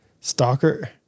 stalker